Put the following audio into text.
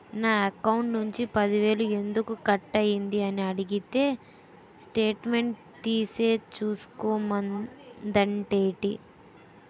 నా అకౌంట్ నుంచి పది వేలు ఎందుకు కట్ అయ్యింది అని అడిగితే స్టేట్మెంట్ తీసే చూసుకో మంతండేటి